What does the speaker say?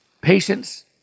patience